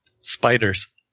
spiders